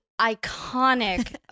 iconic